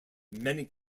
many